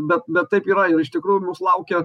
bet bet taip yra ir iš tikrųjų mūsų laukia